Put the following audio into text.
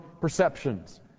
perceptions